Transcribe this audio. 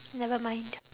never mind